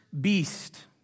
beast